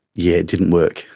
yeah it didn't work,